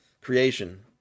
creation